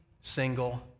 single